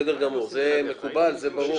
בסדר גמור, זה מקובל, זה ברור.